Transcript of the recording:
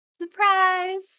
Surprise